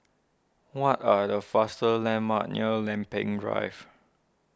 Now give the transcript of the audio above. what are the faster landmarks near Lempeng Drive